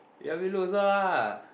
help me look also ah